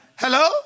hello